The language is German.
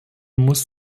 muss